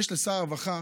יש לשר הרווחה